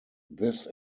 this